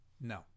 No